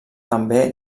també